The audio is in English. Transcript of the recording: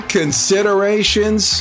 considerations